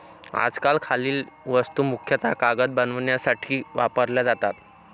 आजकाल खालील वस्तू मुख्यतः कागद बनवण्यासाठी वापरल्या जातात